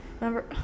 remember